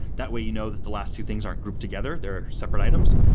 that way, you know that the last two things aren't grouped together. they're separate items.